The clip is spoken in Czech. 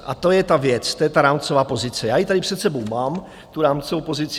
A to je ta věc, to je ta rámcová pozice, já ji tady před sebou mám, tu rámcovou pozici.